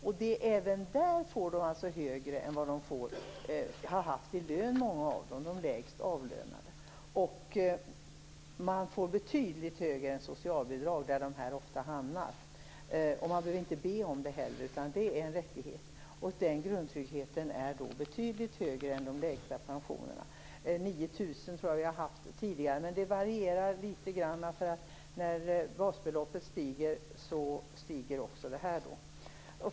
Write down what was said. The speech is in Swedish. Men även då får många av dem, de lägst avlönade, mer än de har haft i lön, och de får betydligt mer än socialbidraget. Det är där de här människorna ofta hamnar. Man behöver inte be om det heller. Det är en rättighet. Denna grundtrygghet är betydligt högre än de lägsta pensionerna. Jag tror att vi har haft 9 000 kr tidigare, men det varierar litet. När basbeloppet stiger, stiger också det här.